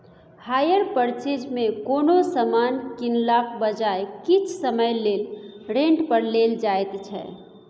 hire purchase मे कोनो समान कीनलाक बजाय किछ समय लेल रेंट पर लेल जाएत छै